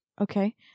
Okay